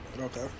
Okay